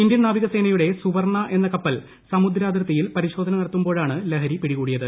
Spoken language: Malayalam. ഇന്ത്യൻ നാവിക് സേനയുടെ സുവർണ എന്ന കപ്പൽ സമുദ്രാതിർത്തിയിൽ പരിഭുമ്പൂർന നടത്തുമ്പോഴാണ് ലഹരി പിടികൂടിയത്